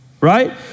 Right